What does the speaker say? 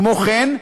כמו כן,